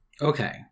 Okay